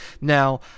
Now